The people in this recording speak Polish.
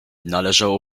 należało